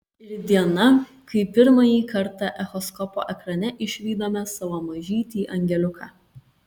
ir diena kai pirmąjį kartą echoskopo ekrane išvydome savo mažytį angeliuką